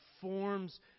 forms